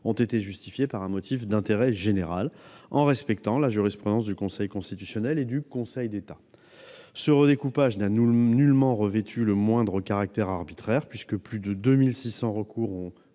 ont été justifiées par un motif d'intérêt général, en respectant la jurisprudence du Conseil constitutionnel et du Conseil d'État. Ce redécoupage n'a nullement revêtu le moindre caractère arbitraire ; du reste, plus de 2 600 recours ont